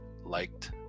liked